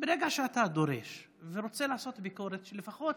שברגע שאתה דורש ורוצה לעשות ביקורת, לפחות